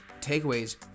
takeaways